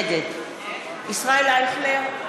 נגד ישראל אייכלר,